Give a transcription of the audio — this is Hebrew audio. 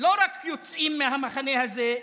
לא רק יוצאים מהמחנה הזה,